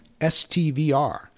stvr